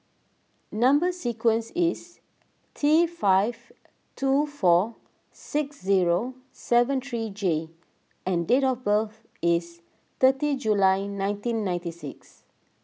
Number Sequence is T five two four six zero seven three J and date of birth is thirty July nineteen ninety six